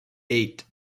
eight